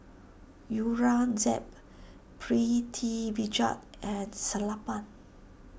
Aurangzeb Pritiviraj at Sellapan